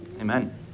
Amen